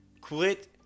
Quit